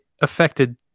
affected